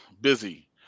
Busy